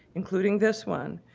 including this one,